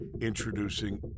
Introducing